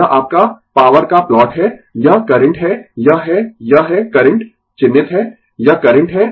यह आपका पॉवर का प्लॉट है यह करंट है यह है यह है करंट चिन्हित है यह करंट है